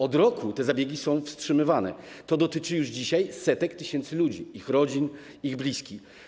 Od roku te zabiegi są wstrzymywane, to dotyczy już dzisiaj setek tysięcy ludzi, ich rodzin, ich bliskich.